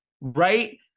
right